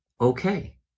okay